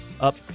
Up